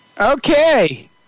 okay